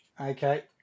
Okay